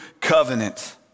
covenant